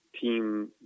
team